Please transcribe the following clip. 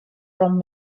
from